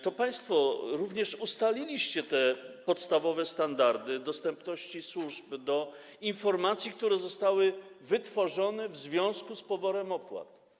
To państwo również ustaliliście te podstawowe standardy dostępu służb do informacji, które zostały wytworzone w związku z poborem opłat.